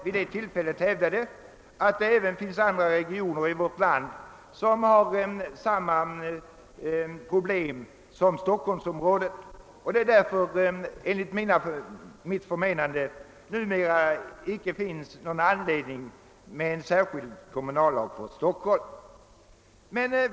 Vid detta tillfälle hävdade jag att det även finns andra regioner i vårt land som har samma problem som Stockholmsområdet. Därför finns enligt mitt förmenande numera icke någon anledning till att stifta en särskild kommunallag för Stockholm.